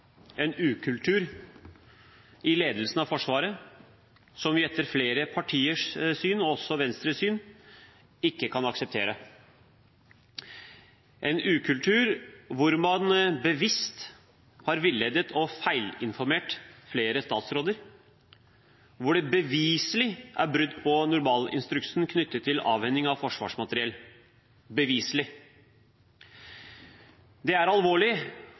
en ukultur i ledelsen av Forsvaret, som vi, etter flere partiers syn, og også Venstres syn, ikke kan akseptere. Det er en ukultur hvor man bevisst har villedet og feilinformert flere statsråder, hvor det beviselig er brudd på normalinstruksen knyttet til avhending av forsvarsmateriell – beviselig. Det er alvorlig